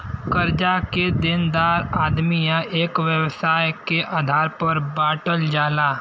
कर्जा के देनदार आदमी या एक व्यवसाय के आधार पर बांटल जाला